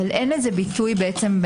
אבל אין לזה ביטוי בנוסח,